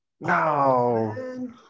No